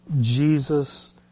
Jesus